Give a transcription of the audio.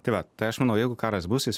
tai va tai aš manau jeigu karas bus jis